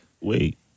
Wait